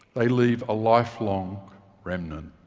they leave a lifelong remnant.